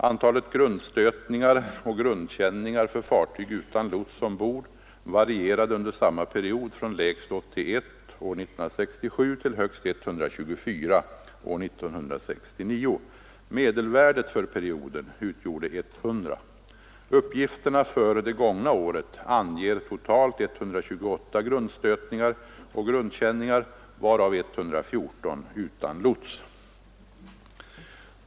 Antalet grundstötningar och grundkänningar för fartyg utan lots ombord varierade under samma period från lägst 81 år 1967 till högst 124 år 1969. Medelvärdet för perioden utgjorde 100. Uppgifterna för det gångna året anger totalt 128 grundstötningar och grundkänningar, varav 114 utan lots.